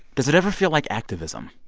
does it ever feel like activism?